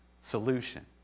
solution